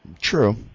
True